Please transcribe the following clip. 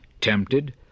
tempted